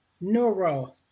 Neuro